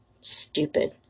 Stupid